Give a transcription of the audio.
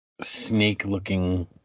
snake-looking